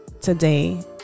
today